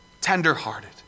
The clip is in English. tender-hearted